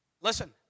Listen